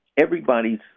everybody's